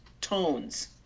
tones